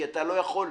כי אתה לא יכול,